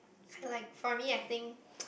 so like for me I think